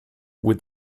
with